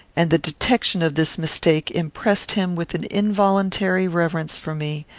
and the detection of this mistake impressed him with an involuntary reverence for me,